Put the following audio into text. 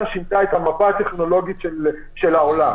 שינתה את המפה הטכנולוגית של העולם.